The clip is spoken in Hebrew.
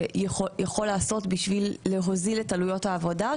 שיכול לעשות בשביל להוזיל את עלויות העבודה,